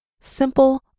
simple